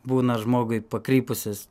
būna žmogui pakrypusias